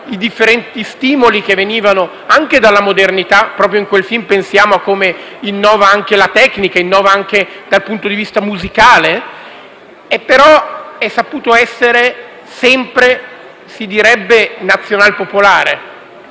i differenti stimoli che venivano anche dalla modernità. Proprio in quel film, pensiamo a come egli innovi la tecnica e innovi anche dal punto di vista musicale. Però ha saputo essere sempre nazional-popolare,